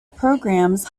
programs